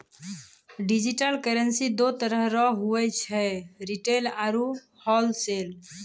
digital currency दो तरह रो हुवै छै रिटेल आरू होलसेल